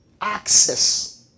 access